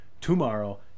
tomorrow